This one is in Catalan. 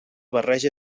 barreja